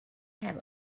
have